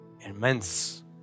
immense